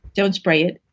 don't spray it,